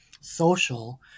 social